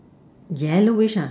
yellowish ah